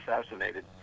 assassinated